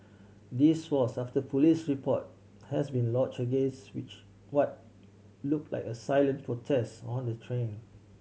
this was after a police report has been lodged against which what looked like a silent protest on the train